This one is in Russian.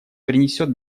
принесет